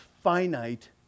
finite